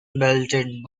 belted